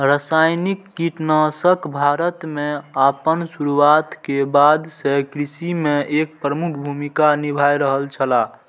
रासायनिक कीटनाशक भारत में आपन शुरुआत के बाद से कृषि में एक प्रमुख भूमिका निभाय रहल छला